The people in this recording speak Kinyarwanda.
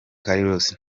carlos